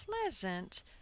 pleasant